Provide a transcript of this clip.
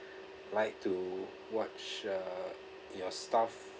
like to watch uh your stuff